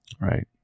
Right